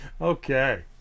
Okay